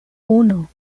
uno